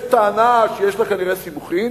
יש טענה, שיש לה כנראה סימוכין,